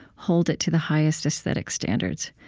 hold it to the highest esthetic standards.